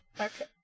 Okay